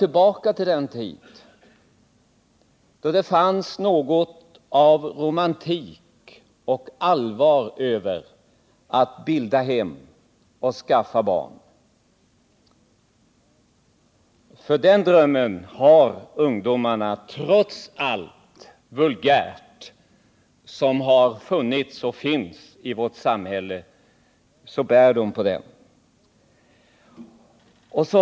Jag hoppas också att vi skall kunna få tillbaka den dröm som ungdomar närde tidigare om att bilda hem och skaffa barn — även om vi inte kan gå tillbaka till den tiden — då detta var romantiskt och allvarligt. Trots allt vulgärt som har funnits och fortfarande finns i vårt samhälle bär ungdomarna på den drömmen.